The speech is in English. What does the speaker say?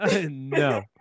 No